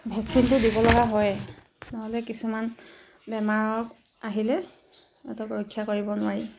ভেকচিনটো দিব লগা হয়ে নহ'লে কিছুমান বেমাৰক আহিলে সিহঁতক ৰক্ষা কৰিব নোৱাৰি